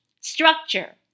structure